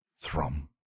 Thrum